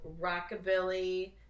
rockabilly